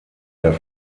der